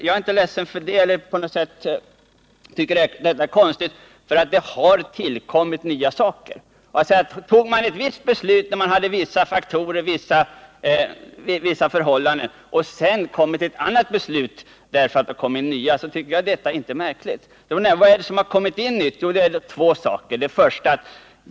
Jo, det har kommit in nya saker i bedömningen. Att man tog ett visst beslut när man hade vissa förhållanden och sedan kom till ett annat beslut därför att det har kommit in nya faktorer, tycker jag inte är någonting märkvärdigt. Och vad är då det nya som har kommit in?